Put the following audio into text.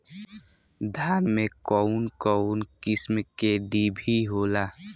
धान में कउन कउन किस्म के डिभी होला?